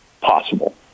possible